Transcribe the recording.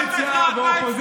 אכפת לך,